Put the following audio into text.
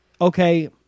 okay